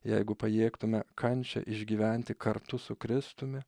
jeigu pajėgtume kančią išgyventi kartu su kristumi